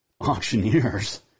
auctioneers